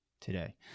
Today